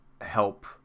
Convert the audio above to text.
help